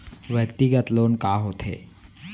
व्यक्तिगत लोन का होथे?